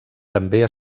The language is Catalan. també